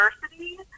diversity